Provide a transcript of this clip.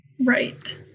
Right